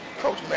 Coach